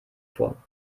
vor